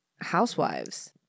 housewives